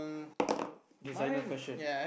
who designer fashion